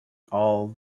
all